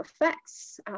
effects